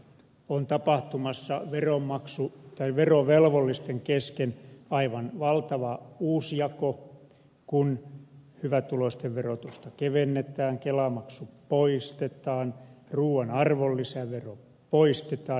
on tapahtumassa verovelvollisten kesken aivan valtava uusjako kun hyvätuloisten verotusta kevennetään kelamaksu poistetaan ruuan arvonlisävero poistetaan